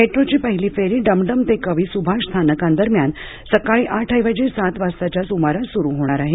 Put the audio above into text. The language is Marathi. मेट्रोची पहिली फेरी डमडम ते कवी सुभाष स्थानकांदरम्यान सकाळी आठ ऐवजी सात वाजताच्या सुमारास सुरू होणार आहे